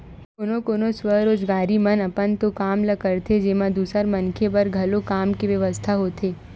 कोनो कोनो स्वरोजगारी मन अपन तो काम ल करथे जेमा दूसर मनखे बर घलो काम के बेवस्था होथे